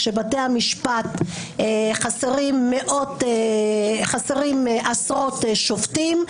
כשבתי המשפט חסרים עשרות שופטים,